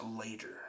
later